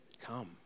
come